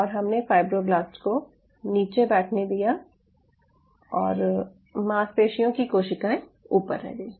और हमने फाइब्रोब्लास्ट को नीचे बैठने दिया और मांसपेशियों की कोशिकायें ऊपर रह गयी